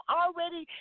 already